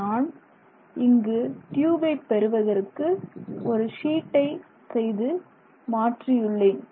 நான் இங்கு டியூபை பெறுவதற்கு ஒரு ஷீட்டை செய்து மாற்றியுள்ளேன்